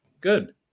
Good